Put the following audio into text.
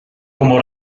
como